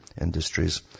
industries